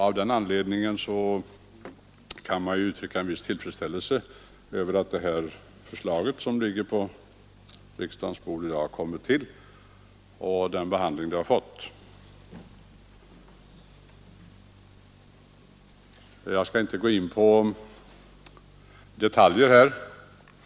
Av den anledningen kan man uttrycka en viss tillfredsställelse över att det förslag som ligger på riksdagens bord i dag kommit till och fått denna behandling. Jag skall inte gå in på detaljer här.